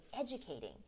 educating